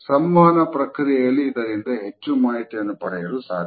ಸಂವಹನ ಪ್ರಕ್ರಿಯೆಯಲ್ಲಿ ಇದರಿಂದ ಹೆಚ್ಚು ಮಾಹಿತಿಯನ್ನು ಪಡೆಯಲು ಸಾಧ್ಯ